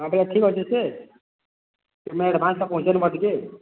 ହଁ ବେଲେ ଠିକ୍ ଅଛେ ସେ ତୁମେ ଏଡଭାନ୍ସଟା ପହଞ୍ଚେଇ ଦେବ ଟିକେ